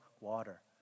water